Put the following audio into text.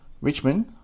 Richmond